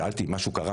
שאלתי: משהו קרה?